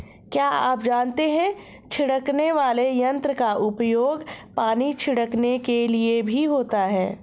क्या आप जानते है छिड़कने वाले यंत्र का उपयोग पानी छिड़कने के लिए भी होता है?